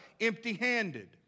empty-handed